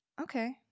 okay